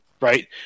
right